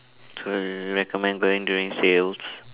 so you recommend going during sales